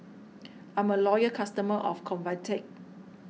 I'm a loyal customer of Convatec